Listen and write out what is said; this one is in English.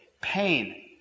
pain